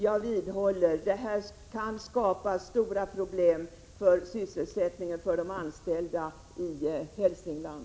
Jag vidhåller: Detta kan skapa stora problem för sysselsättningen för de anställda i Hälsingland.